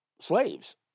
slaves